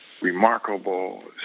remarkable